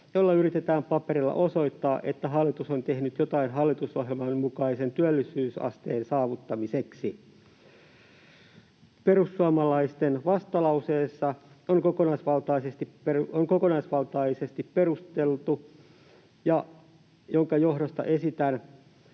jolla yritetään paperilla osoittaa, että hallitus on tehnyt jotain hallitusohjelman mukaisen työllisyysasteen saavuttamiseksi. Perussuomalaisten vastalause on kokonaisvaltaisesti perusteltu, jonka johdosta esitän,